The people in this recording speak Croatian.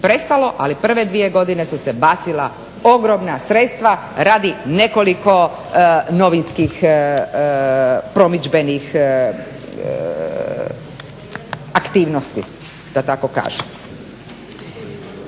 ali prve dvije godine su se bacila ogromna sredstva radi nekoliko novinskih promidžbenih aktivnosti da tako kažem.